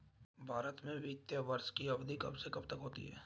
भारत में वित्तीय वर्ष की अवधि कब से कब तक होती है?